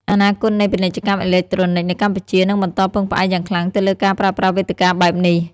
អនាគតនៃពាណិជ្ជកម្មអេឡិចត្រូនិកនៅកម្ពុជានឹងបន្តពឹងផ្អែកយ៉ាងខ្លាំងទៅលើការប្រើប្រាស់វេទិកាបែបនេះ។